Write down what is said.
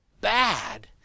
bad